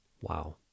Wow